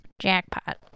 Jackpot